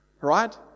Right